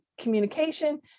communication